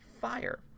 fire